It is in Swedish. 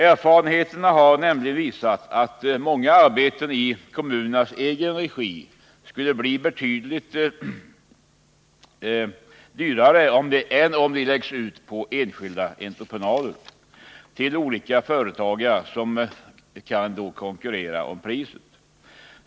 Erfarenheterna har nämligen visat att många arbeten i kommunernas egen regi blir betydligt dyrare än om de läggs ut på enskild entreprenad, där flera olika företagare får konkurrera om priset.